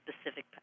specific